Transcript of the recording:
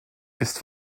ist